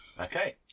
Okay